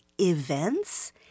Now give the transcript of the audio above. events